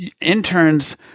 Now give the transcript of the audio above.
interns